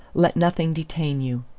let nothing detain you.